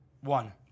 One